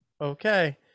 Okay